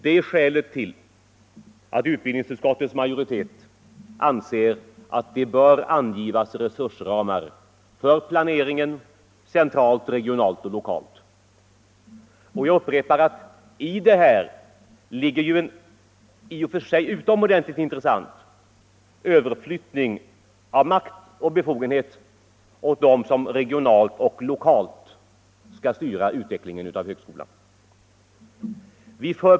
Detta är skälet till att utbildningsutskottets majoritet ansett att det bör anges resursramar för planeringen, centralt, regionalt och lokalt. Jag upprepar att i detta ligger en i och för sig utomordentligt intressant överflyttning av makt och befogenhet till dem som regionalt och lokalt skall styra utvecklingen av högskolan.